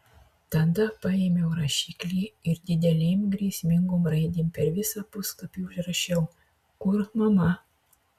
tada paėmiau rašiklį ir didelėm grėsmingom raidėm per visą puslapį užrašiau kur mama